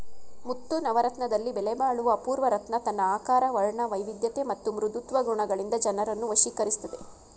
ಮುತ್ತು ನವರತ್ನದಲ್ಲಿ ಬೆಲೆಬಾಳುವ ಅಪೂರ್ವ ರತ್ನ ತನ್ನ ಆಕಾರ ವರ್ಣವೈವಿಧ್ಯತೆ ಮತ್ತು ಮೃದುತ್ವ ಗುಣಗಳಿಂದ ಜನರನ್ನು ವಶೀಕರಿಸ್ತದೆ